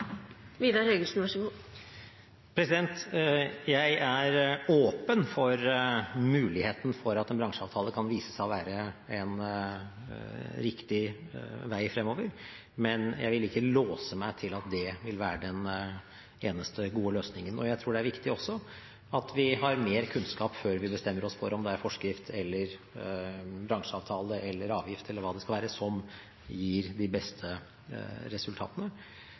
Jeg er åpen for muligheten for at en bransjeavtale kan vise seg å være en riktig vei fremover, men jeg vil ikke låse meg til at det vil være den eneste gode løsningen. Jeg tror det er viktig også at vi har mer kunnskap før vi bestemmer oss for om det er forskrift, bransjeavtale, avgift eller hva det skal være som gir de beste resultatene.